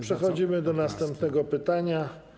Przechodzimy do następnego pytania.